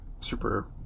super